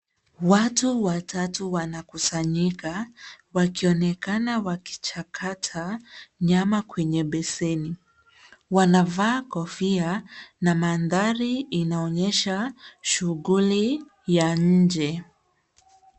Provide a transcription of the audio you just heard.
Watu watatu wanakusanyika, wakionekana wakichakata nyama kwenye beseni. Wanavaa kofia, na mandhari inaonyesha shughuli ya nje.